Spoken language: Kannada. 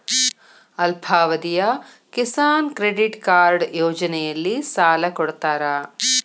ಅಲ್ಪಾವಧಿಯ ಕಿಸಾನ್ ಕ್ರೆಡಿಟ್ ಕಾರ್ಡ್ ಯೋಜನೆಯಲ್ಲಿಸಾಲ ಕೊಡತಾರ